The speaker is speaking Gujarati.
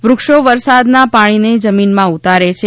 વૃક્ષો વરસાદના પાણીને જમીનમાં ઉતારે છે